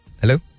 hello